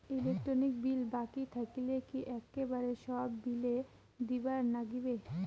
Electric bill বাকি থাকিলে কি একেবারে সব বিলে দিবার নাগিবে?